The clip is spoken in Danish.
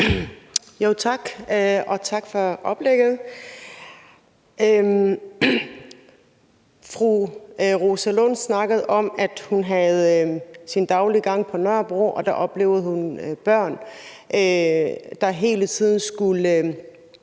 Tak, og tak for oplægget. Fru Rosa Lund snakkede om, at hun havde sin daglige gang på Nørrebro, og at hun der oplevede børn, der hele tiden skulle